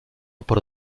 por